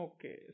Okay